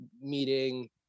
meeting